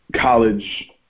college